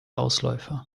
ausläufer